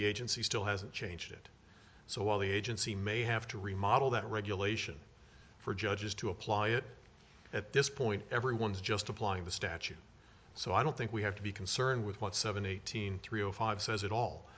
the agency still hasn't changed it so while the agency may have to remodel that regulation for judges to apply it at this point everyone's just applying the statute so i don't think we have to be concerned with what seven eighteen three zero five says it all